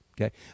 okay